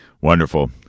Wonderful